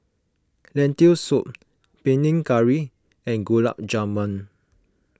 Lentil Soup Panang Curry and Gulab Jamun